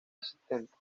existente